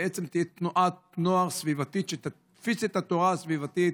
בעצם תהיה תנועת נוער סביבתית שתפיץ את התורה הסביבתית.